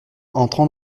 entrant